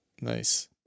nice